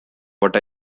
what